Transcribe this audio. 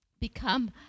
become